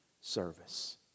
service